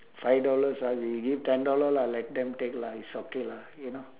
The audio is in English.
five dollars ah we give ten dollar lah let them take lah it's okay lah you know